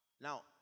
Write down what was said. Now